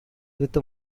with